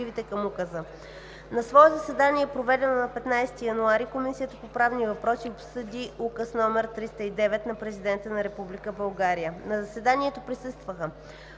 Комисията по правни въпроси обсъди Указ № 309 на Президента на Република България. На заседанието присъстваха